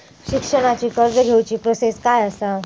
शिक्षणाची कर्ज घेऊची प्रोसेस काय असा?